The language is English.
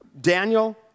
Daniel